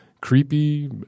creepy –